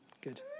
Good